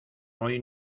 hoy